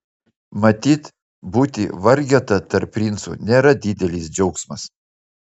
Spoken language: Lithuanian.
matyt būti vargeta tarp princų nėra didelis džiaugsmas